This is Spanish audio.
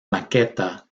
maqueta